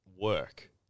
work